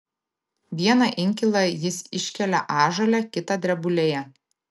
vieną inkilą jis iškelia ąžuole kitą drebulėje